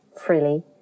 freely